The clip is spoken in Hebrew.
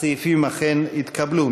הסעיפים אכן התקבלו,